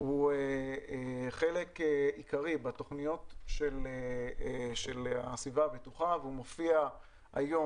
זה חלק עיקרי בתוכניות של הסביבה הבטוחה והוא מופיע היום